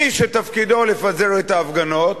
מי שתפקידו לפזר את ההפגנות,